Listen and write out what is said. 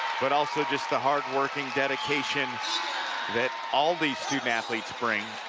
but also just the hardworking dedication that all these student athletes bring,